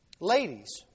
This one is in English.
Ladies